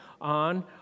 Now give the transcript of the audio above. on